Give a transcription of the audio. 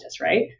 right